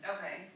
Okay